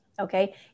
okay